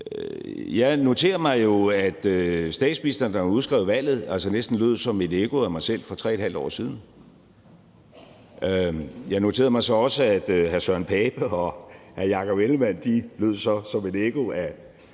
jeg noterer mig jo, at statsministeren, da hun udskrev valget, næsten lød som et ekko af mig selv for 3½ år siden. Jeg noterede mig så også, at hr. Søren Pape Poulsen og hr. Jakob Ellemann-Jensen så lød som et ekko af